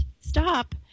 stop